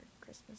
Christmas